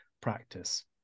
practice